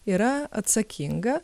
yra atsakinga